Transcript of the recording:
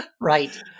Right